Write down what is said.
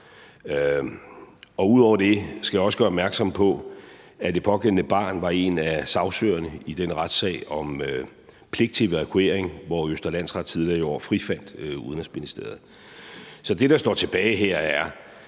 Ud over det skal jeg også gøre opmærksom på, at det pågældende barn var en af sagsøgerne i den retssag om pligt til evakuering, hvor Østre Landsret tidligere i år frifandt Udenrigsministeriet. Så det, der står tilbage her, er,